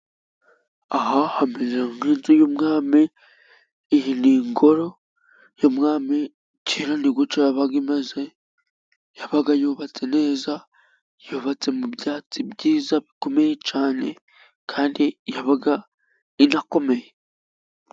Aha hameze nk'inzu y'umwami, iyi ni ingoro y'umwami kera ni guca yabaga imeze, yabaga yubatse neza yubatse mu byatsi byiza bikomeye cyane kandi yabaga inakomeye.